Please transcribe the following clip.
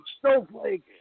snowflake